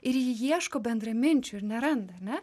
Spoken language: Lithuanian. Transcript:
ir ji ieško bendraminčių ir neranda ar ne